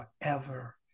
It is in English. forever